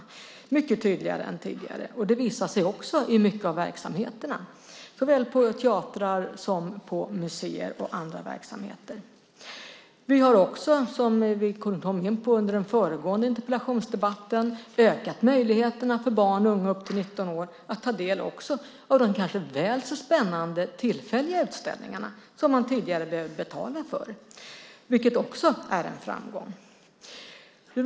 Det gör vi nu mycket tydligare än tidigare. Det visar sig också i mycket av verksamheterna, såväl på teatrar som på museer och i andra verksamheter. Vi har också, som vi kom in på under den föregående interpellationsdebatten, ökat möjligheterna för barn och unga upp till 19 år att ta del av de kanske väl så spännande tillfälliga utställningarna, som man tidigare behövde betala för. Det är också en framgång.